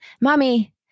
Mommy